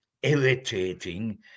Irritating